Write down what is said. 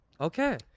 Okay